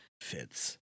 Fitz